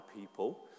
people